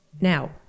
Now